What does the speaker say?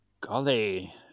golly